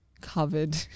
Covered